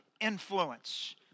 influence